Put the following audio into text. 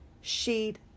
sheet